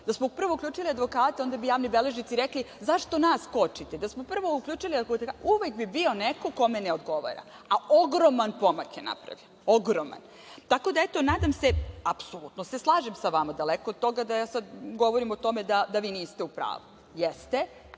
Da smo prvo uključili advokate, onda bi javni beležnici rekli – zašto nas kočite? Da smo prvo uključili… uvek bi bio neko kome ne odgovara, a ogroman pomak je napravljen, ogroman. Tako da, nadam se, apsolutno se slažem sa vama, daleko od toga da ja sad govorim o tome da vi niste u pravu. Jeste,